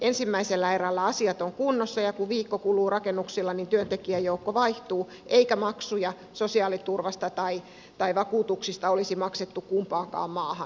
ensimmäisellä erällä asiat ovat kunnossa ja kun viikko kuluu rakennuksilla niin työntekijäjoukko vaihtuu eikä maksuja sosiaaliturvasta tai vakuutuksista olisi maksettu kumpaankaan maahan